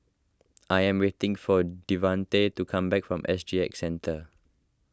I am waiting for Devante to come back from S G X Centre